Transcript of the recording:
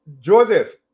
Joseph